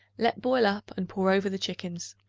let boil up and pour over the chickens.